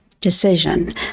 decision